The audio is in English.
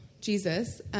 Jesus